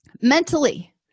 Mentally